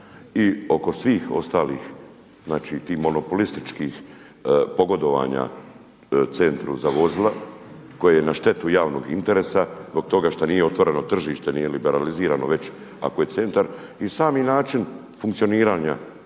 i oko svih ostalih tih monopolističkih pogodovanja Centru za vozila koji je na štetu javnog interesa zbog toga što nije otvoreno tržište, nije liberalizirano već ako je centar i sami način funkcioniranja